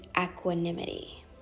equanimity